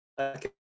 Okay